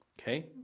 Okay